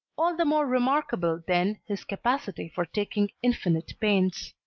all the more remarkable then his capacity for taking infinite pains.